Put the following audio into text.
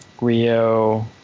Rio